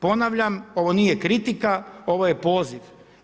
Ponavljam, ovo nije kritika, ovo je poziv.